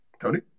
Tony